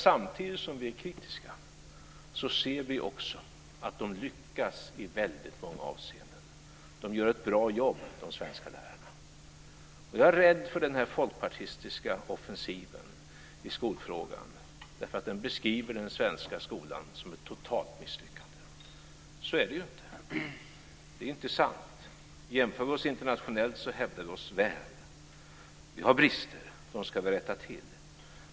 Samtidigt som vi är kritiska ser vi också att de lyckas i väldigt många avseenden. De svenska lärarna gör ett bra jobb. Jag är rädd för den folkpartistiska offensiven i skolfrågan. Den beskriver den svenska skolan som ett totalt misslyckande. Så är det ju inte. Det är inte sant. Om vi jämför oss internationellt hävdar vi oss väl. Det finns brister; dem ska vi rätta till.